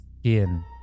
skin